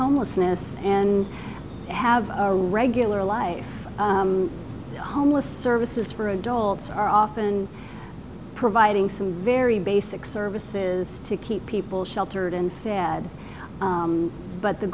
homelessness and have a regular life homeless services for adults are often providing some very base six services to keep people sheltered and fed but the